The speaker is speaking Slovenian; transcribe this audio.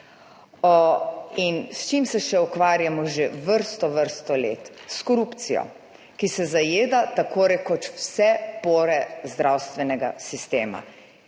S čim se še ukvarjamo že vrsto vrsto let? S korupcijo, ki se zajeda tako rekoč v vse pore zdravstvenega sistema.